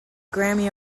grammy